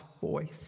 voice